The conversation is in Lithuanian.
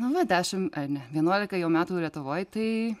nu va dešim ai ne vienuolika jau metų lietuvoj tai